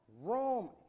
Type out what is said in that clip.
Rome